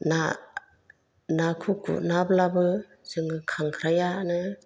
ना नाखौ गुथनाब्लाबो जोङो खांख्राइयानो